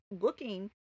looking